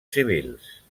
civils